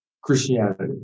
Christianity